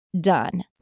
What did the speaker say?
Done